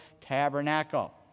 tabernacle